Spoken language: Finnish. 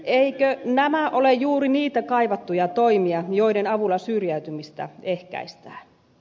eivätkö nämä ole juuri niitä kaivattuja toimia joiden avulla syrjäytymistä ehkäistään